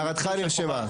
אוקיי, הערתך נרשמה.